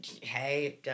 Hey